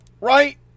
right